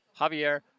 Javier